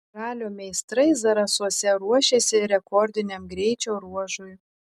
ralio meistrai zarasuose ruošiasi rekordiniam greičio ruožui